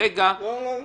כרגע -- לא, לא.